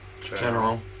General